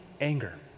anger